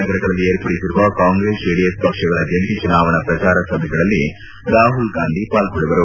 ನಗರಗಳಲ್ಲಿ ಏರ್ಪಡಿಸಿರುವ ಕಾಂಗ್ರೆಸ್ ಜೆಡಿಎಸ್ ಪಕ್ಷಗಳ ಜಂಟೆ ಚುನಾವಣಾ ಪ್ರಚಾರ ಸಭೆಗಳಲ್ಲಿ ರಾಹುಲ್ಗಾಂಧಿ ಪಾಲ್ಗೊಳ್ಳುವರು